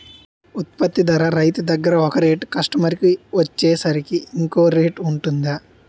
ఉత్పత్తి ధర రైతు దగ్గర ఒక రేట్ కస్టమర్ కి వచ్చేసరికి ఇంకో రేట్ వుంటుందా?